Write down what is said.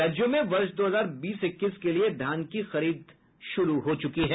राज्यों में वर्ष दो हजार बीस इक्कीस के लिए धान की खरीद शुरू हो चुकी है